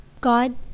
God